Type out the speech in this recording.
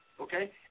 okay